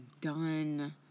done